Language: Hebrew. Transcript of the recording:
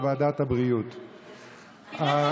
לוועדת הבריאות נתקבלה.